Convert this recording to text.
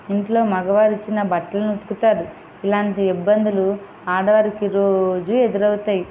ఇంట్లో మగవారు ఇచ్చిన బట్టలు ఉతుకుతారు ఇలాంటి ఇబ్బందులు ఆడవారికి రోజు ఎదురవుతాయి